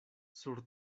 sur